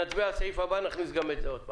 נצביע על הסעיף הבא, נכניס את זה עוד פעם.